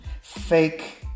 fake